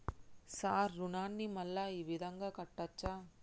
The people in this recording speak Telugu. సార్ రుణాన్ని మళ్ళా ఈ విధంగా కట్టచ్చా?